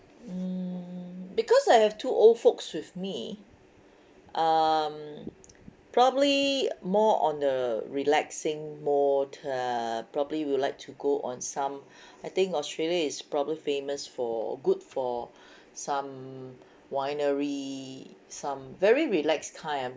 mm because I have two old folks with me um probably more on the relaxing more err probably we'll like to go on some I think australia is probably famous for good for some winery some very relax kind